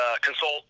consult